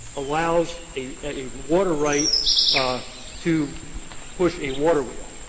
allows a water right to push a water wheel.